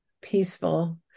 peaceful